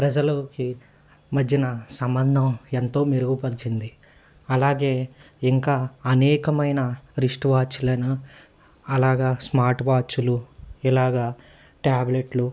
ప్రజలుకి మధ్యన సంబంధం ఎంతో మెరుగుపరిచింది అలాగే ఇంకా అనేకమైన రిష్టి వాచ్లను అలాగా స్మార్ట్ వాచ్లు ఇలాగా ట్యాబ్లెట్లు